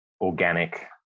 organic